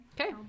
Okay